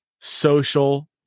social